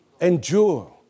endure